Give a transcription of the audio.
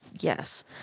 Yes